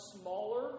smaller